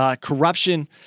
Corruption